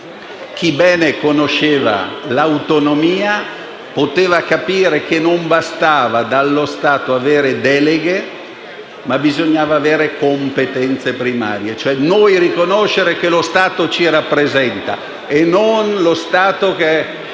Chi ben conosceva l’autonomia, poteva capire che non bastava avere dallo Stato deleghe, ma bisognava avere competenze primarie: siamo noi che riconosciamo che lo Stato ci rappresenta, non è lo Stato che